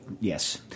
yes